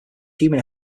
human